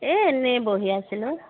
এই এনেই বহি আছিলোঁ